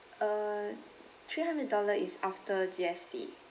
uh three hundred dollars is after G_S_T